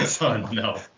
no